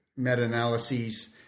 meta-analyses